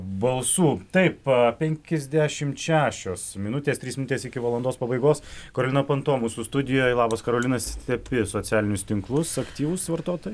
balsų taip a penkiasdešimt šešios minutės trys minutės iki valandos pabaigos karolina panto mūsų studijoj labas karolina seki socialinius tinklus aktyvūs vartotojai